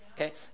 Okay